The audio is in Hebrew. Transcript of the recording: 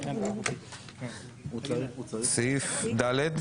סעיף ד'